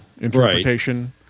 interpretation